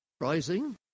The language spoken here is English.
rising